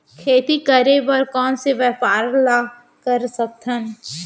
खेती करे बर कोन से व्यापार ला कर सकथन?